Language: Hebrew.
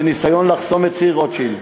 בניסיון לחסום את ציר רוטשילד,